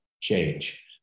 change